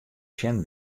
sjen